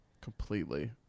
completely